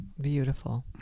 Beautiful